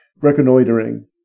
Reconnoitering